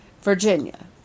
Virginia